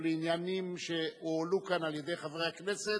או לעניינים שהועלו כאן על-ידי חברי הכנסת,